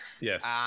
Yes